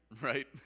right